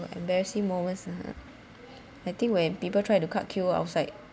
uh embarrassing moments uh I think when people try to cut queue outside